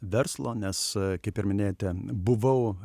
verslo nes kaip ir minėjote buvau